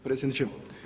predsjedniče.